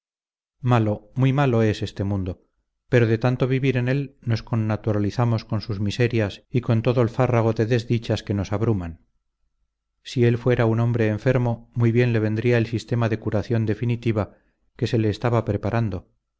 malo muy malo es este mundo pero de tanto vivir en él nos connaturalizamos con sus miserias y con todo el fárrago de desdichas que nos abruman si él fuera un hombre enfermo muy bien le vendría el sistema de curación definitiva que se le estaba preparando